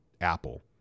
Apple